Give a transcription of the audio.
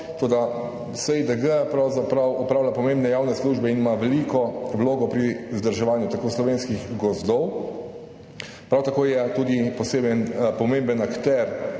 toda SiDG pravzaprav opravlja pomembne javne službe in ima veliko vlogo pri vzdrževanju slovenskih gozdov, prav tako je tudi posebno pomemben akter